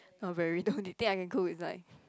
not very the only thing I can cook is like